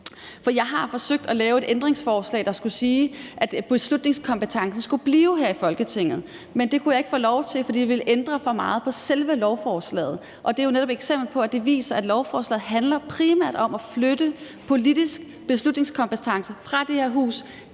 For jeg har forsøgt at lave et ændringsforslag, der skulle sige, at beslutningskompetencen skulle blive her i Folketinget. Men det kunne jeg ikke få lov til, fordi det ville ændre for meget på selve lovforslaget, og det er jo netop et eksempel, der viser, at lovforslaget primært handler om at flytte politisk beslutningskompetence fra det her hus